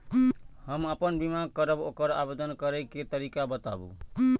हम आपन बीमा करब ओकर आवेदन करै के तरीका बताबु?